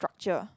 structure